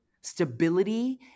stability